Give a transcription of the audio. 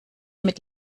mit